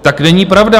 Tak není pravda...